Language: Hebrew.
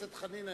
חבר הכנסת חנין ,